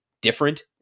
different